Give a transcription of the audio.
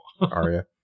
Aria